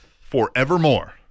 forevermore